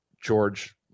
George